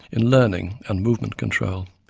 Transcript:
and learning and movement control.